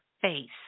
face